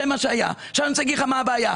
אני רוצה להגיד לך מה הבעיה,